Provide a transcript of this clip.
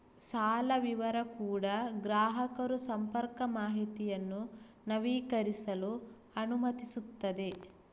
ಸಾಲ ವಿವರ ಕೂಡಾ ಗ್ರಾಹಕರು ಸಂಪರ್ಕ ಮಾಹಿತಿಯನ್ನು ನವೀಕರಿಸಲು ಅನುಮತಿಸುತ್ತದೆ